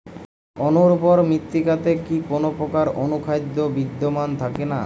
অনুর্বর মৃত্তিকাতে কি কোনো প্রকার অনুখাদ্য বিদ্যমান থাকে না?